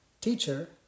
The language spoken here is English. Teacher